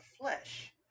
flesh